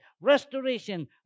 restoration